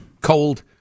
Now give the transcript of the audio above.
cold